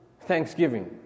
thanksgiving